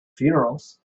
funerals